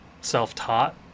self-taught